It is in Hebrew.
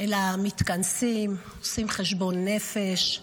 אלא מתכנסים, עושים חשבון נפש.